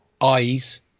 Eyes